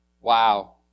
Wow